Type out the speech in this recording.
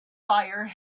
fire